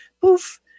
poof